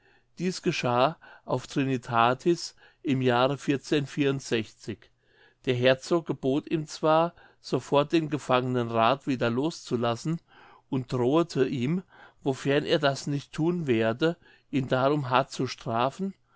dieß geschah auf trinitatis im jahre der herzog gebot ihm zwar sofort den gefangenen rath wieder los zu lassen und drohete ihm wofern er das nicht thun werde ihn darum hart zu strafen